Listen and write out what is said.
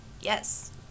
yes